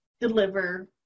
deliver